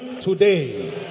today